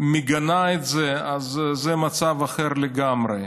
מגנה את זה, זה מצב אחר לגמרי.